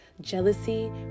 jealousy